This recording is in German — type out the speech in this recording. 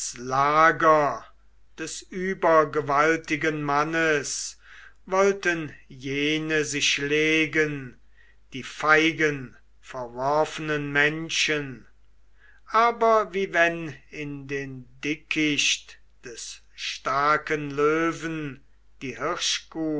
lager des übergewaltigen mannes wollten jene sich legen die feigen verworfenen menschen aber wie wenn in den dickicht des starken löwen die